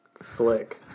Slick